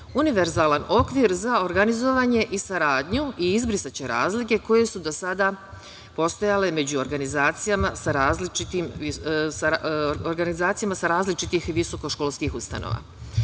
univerzalni okvir za organizovanje i saradnju i izbrisaće razlike koje su do sada postojale među organizacijama sa različitih visoko školskih ustanova. Takođe,